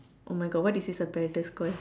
oh my god what is this apparatus called